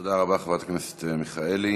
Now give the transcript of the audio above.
תודה רבה, חברת הכנסת מיכאלי.